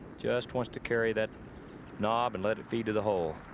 just want to carry that knob and let it feed to the hole.